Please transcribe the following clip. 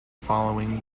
following